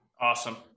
Awesome